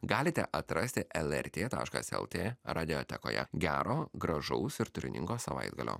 galite atrasti lrt taškas lrt radiotekoje gero gražaus ir turiningo savaitgalio